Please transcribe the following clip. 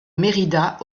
mérida